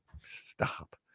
stop